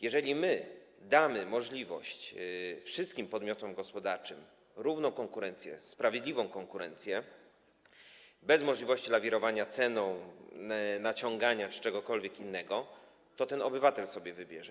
Jeżeli damy możliwość wszystkim podmiotom gospodarczym, zapewnimy równą konkurencję, sprawiedliwą konkurencję, bez możliwości lawirowania ceną, naciągania czy czegokolwiek innego, to obywatel sobie wybierze.